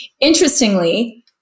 Interestingly